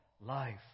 life